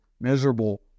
miserable